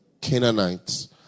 Canaanites